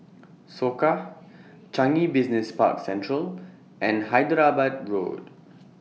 Soka Changi Business Park Central and Hyderabad Road